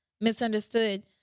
Misunderstood